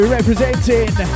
representing